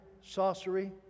sorcery